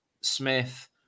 Smith